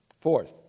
Fourth